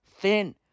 thin